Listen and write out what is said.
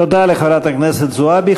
תודה לחברת הכנסת זועבי.